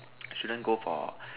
shouldn't go for